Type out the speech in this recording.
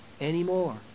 anymore